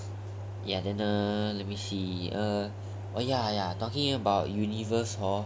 ya then uh let me see ya ya talking about universe hor